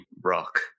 rock